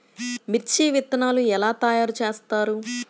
మిర్చి విత్తనాలు ఎలా తయారు చేస్తారు?